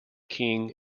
king